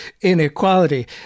inequality